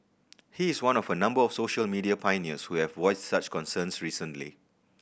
he is one of a number of social media pioneers who have voiced such concerns recently